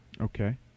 Okay